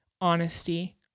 honesty